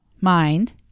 mind